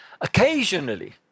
Occasionally